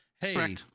Hey